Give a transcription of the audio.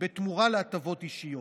בתמורה להטבות אישיות.